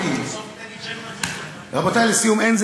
הימורים.